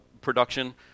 production